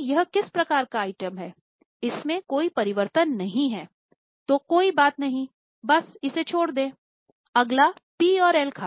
यह किस प्रकार का आइटम है इसमें कोई परिवर्तन नही है तो कोई बात नहीं बस इसे छोड़ दे अगला पी और एल खाता है